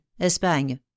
Espagne